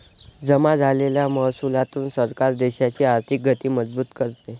जमा झालेल्या महसुलातून सरकार देशाची आर्थिक गती मजबूत करते